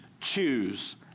choose